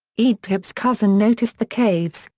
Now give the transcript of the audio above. edh-dhib's cousin noticed the caves,